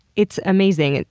it's amazing. and